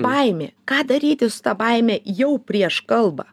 baimė ką daryti su ta baime jau prieš kalbą